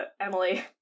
Emily